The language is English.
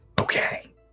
Okay